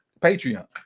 Patreon